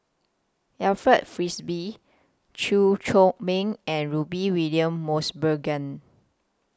Alfred Frisby Chew Chor Meng and Rudy William Mosbergen